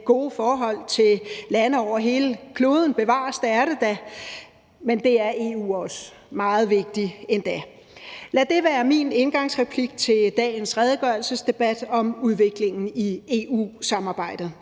gode forhold til lande over hele kloden – bevares, det er det da – men det er det også i forhold til EU, meget vigtigt endda. Lad det være min indgangsreplik til dagens redegørelsesdebat om udviklingen i EU-samarbejdet.